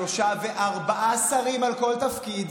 שלושה וארבעה שרים על כל תפקיד,